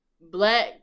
black